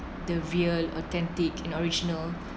the real authentic and original